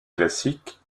classique